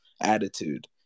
attitude